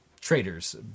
traders